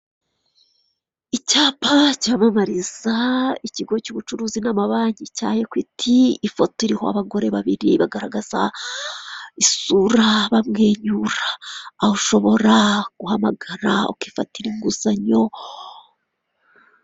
Icyapa cyamamariza ikigo cy'ubucuruzi n'amabanki cya ekwiti, ifoto iriho abagore babiri bagaragaza isura bamwenyura, aho ushobora guhamagara ukifatira inguzanyo.